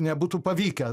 nebūtų pavykę